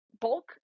bulk